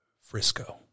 Frisco